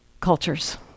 cultures